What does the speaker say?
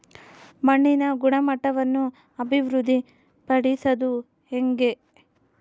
ಮಣ್ಣಿನ ಗುಣಮಟ್ಟವನ್ನು ಅಭಿವೃದ್ಧಿ ಪಡಿಸದು ಹೆಂಗೆ?